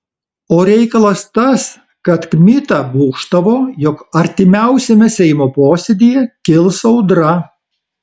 o reikalas tas kad kmita būgštavo jog artimiausiame seimo posėdyje kils audra